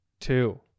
Two